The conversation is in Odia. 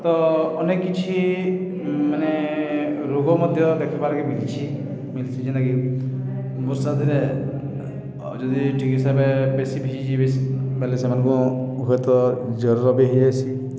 ତ ଅନେକ କିଛି ମାନେ ରୋଗ ମଧ୍ୟ ଦେଖବାର୍କେ ମିଲ୍ଛିି ମିଲ୍ଛିି ଯେନ୍କି ବର୍ଷାଦିନେ ଯଦି ଠିକ୍ ହିସାବରେ ବେଶୀ ଭିଜିଯିବ ବ ବେଲେ ସେମାନଙ୍କୁ ହୁଏତ ଜ୍ୱର ବି ହେଇଯାଇସି